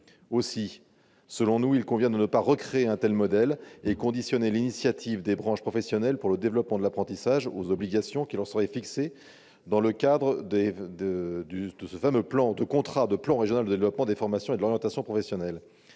ses preuves. Aussi convient-il de ne pas recréer un tel modèle en conditionnant l'initiative des branches professionnelles pour le développement de l'apprentissage au respect des obligations qui leur seraient fixées au travers des contrats de plan régional de développement des formations et de l'orientation professionnelles.